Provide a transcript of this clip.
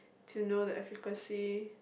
to know the efficacy